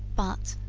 but,